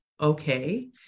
okay